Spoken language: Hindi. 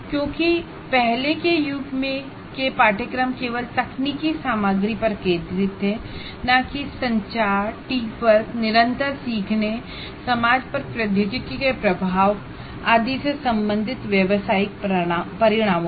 क्योंकि पहले कोर्स केवल टेक्निकल कंटेंट पर केंद्रित थे न कि communication team work continuous learning समाज पर टेक्नोलॉजी के प्रभाव आदि से संबंधित प्रोफैशनल आउटकम पर